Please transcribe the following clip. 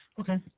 Okay